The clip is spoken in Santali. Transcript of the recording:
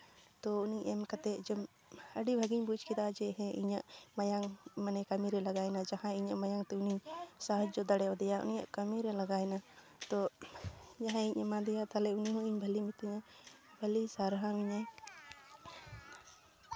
ᱛᱚ ᱩᱱᱤ ᱮᱢ ᱠᱟᱛᱮ ᱡᱮᱢ ᱟᱹᱰᱤ ᱵᱷᱟᱹᱜᱤᱧ ᱵᱩᱡ ᱠᱮᱫᱟ ᱡᱮ ᱦᱮᱸ ᱤᱧᱟᱹᱜ ᱢᱟᱭᱟᱝ ᱢᱟᱱᱮ ᱠᱟᱹᱢᱤᱨᱮ ᱞᱟᱜᱟᱣᱮᱱᱟ ᱡᱟᱦᱟᱸ ᱤᱧᱟᱹᱜ ᱢᱟᱭᱟᱢᱛᱮ ᱩᱱᱤ ᱥᱟᱦᱟᱡᱡᱚ ᱫᱟᱲᱮᱣᱟᱫᱮᱭᱟ ᱩᱱᱤᱭᱟᱜ ᱠᱟᱹᱢᱤᱨᱮ ᱞᱟᱜᱟᱣᱮᱱᱟ ᱛᱚ ᱡᱟᱦᱟᱸᱭᱤᱧ ᱮᱢᱟᱫᱮᱭᱟ ᱛᱟᱦᱚᱞᱮ ᱩᱱᱤᱦᱚᱸ ᱤᱧ ᱵᱷᱟᱹᱞᱤᱭ ᱢᱤᱛᱟᱹᱧᱟ ᱵᱷᱟᱹᱞᱤᱭ ᱥᱟᱨᱦᱟᱣᱤᱧᱟᱹᱭ